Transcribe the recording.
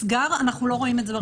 נסגר אנחנו לא רואים את זה ברשימה.